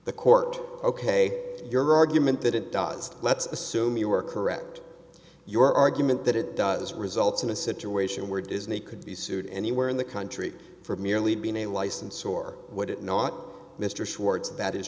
the court ok your argument that it does let's assume you are correct your argument that it does result in a situation where disney could be sued anywhere in the country for merely being a license or would it not mr schwartz that is